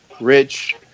rich